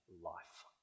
life